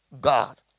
God